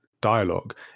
dialogue